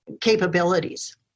Capabilities